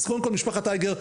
אז קודם כל משפחת אייגר,